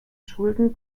schulden